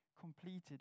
completed